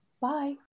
bye